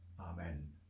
Amen